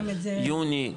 יוני,